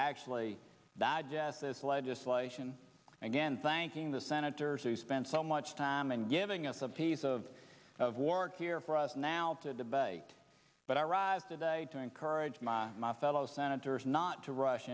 actually digest this legislation again thanking the senators who spent so much time and giving us a piece of of warke here for us now to debate but i arrived today to encourage my my fellow senators not to rush